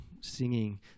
singing